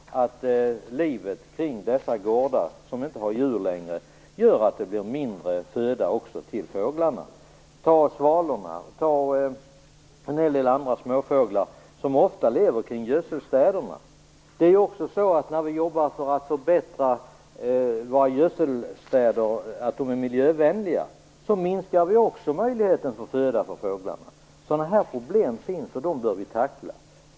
Att dessa gårdar inte har djur längre gör också att det blir mindre föda till fåglarna. Svalorna och en hel del andra småfåglar lever ofta kring gödselstäderna. När vi jobbar för att göra våra gödselstäder miljövänliga minskar vi också möjligheterna för fåglarna att hitta föda. Dessa problem finns, och vi bör tackla dem.